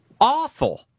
awful